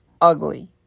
ugly